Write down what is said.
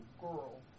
girl